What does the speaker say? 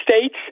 States